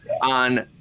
on